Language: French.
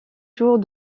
jours